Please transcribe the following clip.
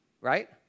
right